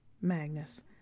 Magnus